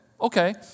Okay